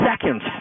seconds